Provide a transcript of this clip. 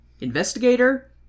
Investigator